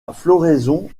floraison